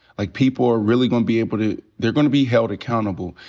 like, people are really gonna be able to, they're gonna be held accountable.